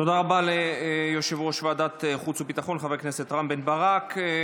תודה רבה ליושב-ראש ועדת חוץ וביטחון חבר הכנסת רם בן ברק.